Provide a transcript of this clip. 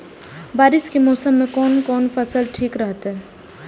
बारिश के मौसम में कोन कोन फसल ठीक रहते?